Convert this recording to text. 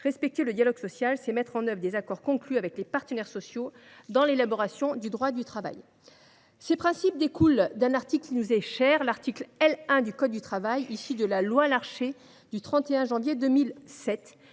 négocier. C’est aussi mettre en œuvre les accords conclus par les partenaires sociaux dans l’élaboration du droit du travail. Ces principes découlent d’un article qui nous est cher : l’article L. 1 du code du travail, issu de la loi Larcher du 31 janvier 2007